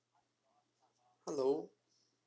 hello